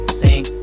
sing